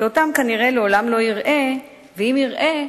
שאותם כנראה לא יראה, ואם יראה,